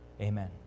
Amen